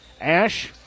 Ash